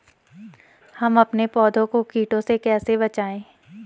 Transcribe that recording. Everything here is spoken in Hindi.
हम अपने पौधों को कीटों से कैसे बचाएं?